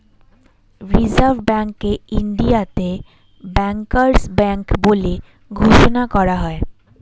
reserve ব্যাঙ্ককে ইন্ডিয়াতে bankers bank বলে ঘোষণা করা হয়